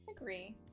agree